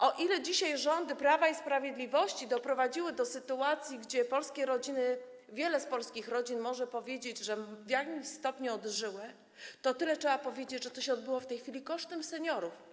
O ile dzisiaj rządy Prawa i Sprawiedliwości doprowadziły do sytuacji, że polskie rodziny, wiele z polskich rodzin może powiedzieć, że w jakimś stopniu odżyło, o tyle trzeba powiedzieć, że to się odbyło w tej chwili kosztem seniorów.